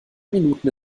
minuten